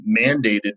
mandated